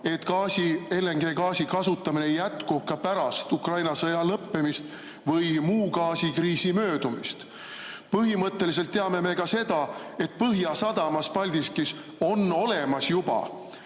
et LNG kasutamine jätkub ka pärast Ukraina sõja lõppemist või muu gaasikriisi möödumist. Põhimõtteliselt teame me ka seda, et Paldiski Põhjasadamas on olemas juba